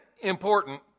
important